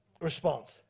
response